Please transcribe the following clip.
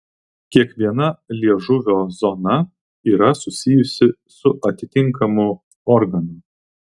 kiekviena liežuvio zona yra susijusi su atitinkamu organu